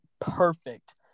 perfect